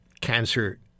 cancer